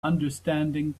understanding